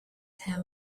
have